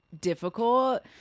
difficult